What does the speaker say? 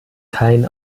kein